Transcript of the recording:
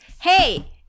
Hey